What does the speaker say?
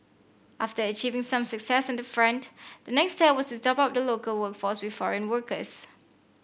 after achieving some success on the front the next step was to top up the local workforce with foreign workers